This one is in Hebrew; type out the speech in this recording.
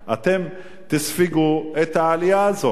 אתם תספגו את העלייה הזאת.